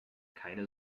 keine